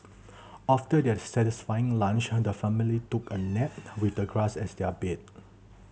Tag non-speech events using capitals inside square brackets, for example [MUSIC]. after their satisfying lunch [UNINTELLIGIBLE] the family [NOISE] took a nap with the grass as their bed